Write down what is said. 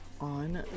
on